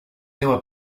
teua